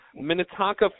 Minnetonka